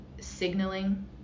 signaling